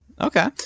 Okay